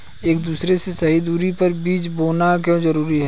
एक दूसरे से सही दूरी पर बीज बोना क्यों जरूरी है?